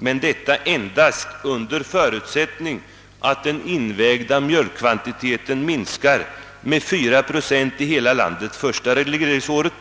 Detta gäller dock endast under förutsättning att den invägda mjölkkvantiteten minskar med 4 procent i hela landet det första regleringsåret